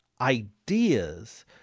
ideas